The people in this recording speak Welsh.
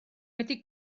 wedi